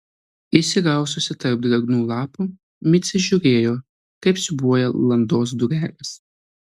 įsiraususi tarp drėgnų lapų micė žiūrėjo kaip siūbuoja landos durelės